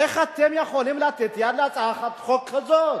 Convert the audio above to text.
איך אתם יכולים לתת יד להצעת חוק כזאת?